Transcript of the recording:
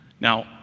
Now